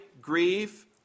grieve